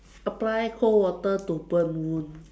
apply cold water to burnt wound